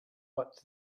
but